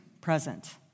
present